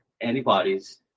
antibodies